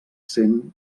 cent